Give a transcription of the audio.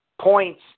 points